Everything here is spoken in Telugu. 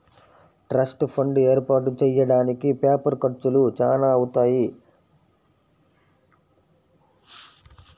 ట్రస్ట్ ఫండ్ ఏర్పాటు చెయ్యడానికి పేపర్ ఖర్చులు చానా అవుతాయి